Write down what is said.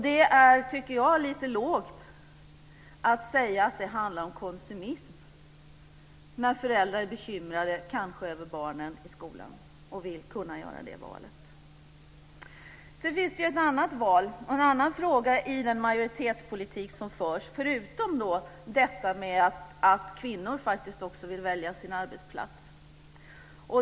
Det är, tycker jag, lite lågt att säga att det handlar om konsumism när föräldrar kanske är bekymrade över barnen i skolan och vill kunna göra det här valet. Sedan finns det ett annat val och en annan fråga i den majoritetspolitik som förs, förutom detta att kvinnor faktiskt också vill välja sin arbetsplats.